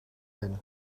hyn